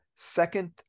Second